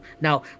Now